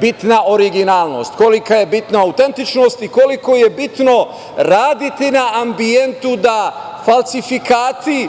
bitna originalnost, koliko je bitna autentičnost i koliko je bitno raditi na ambijentu da falsifikati